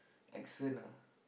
accent ah